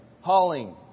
hauling